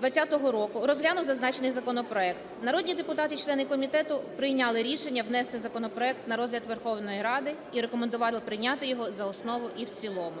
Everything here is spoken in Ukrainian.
2020 року розглянув зазначений законопроект. Народні депутати, члени комітету, прийняли рішення внести законопроект на розгляд Верховної Ради і рекомендувати прийняти його за основу і в цілому.